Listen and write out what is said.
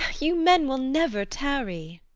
you men will never tarry.